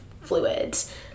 fluids